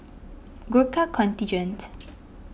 Gurkha Contingent